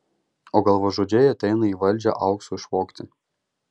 o galvažudžiai ateina į valdžią aukso išvogti